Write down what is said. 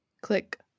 Click